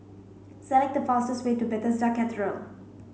select the fastest way to Bethesda Cathedral